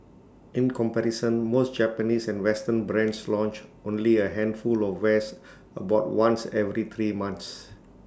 in comparison most Japanese and western brands launch only A handful of wares about once every three months